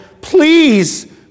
please